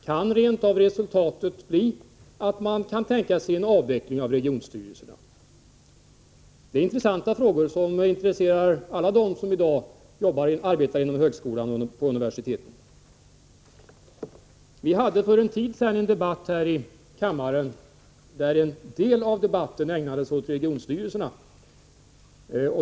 Kan rent av resultatet bli det att man kan tänka sig en avveckling av regionstyrelserna? Det här är intressanta frågor för alla dem som i dag arbetar inom högskolan och på universiteten. Vi hade för en tid sedan här i kammaren en debatt, varav en del ägnades åt regionstyrelserna.